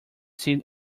see